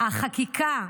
החקיקה,